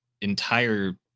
entire